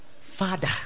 father